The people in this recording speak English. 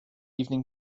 evening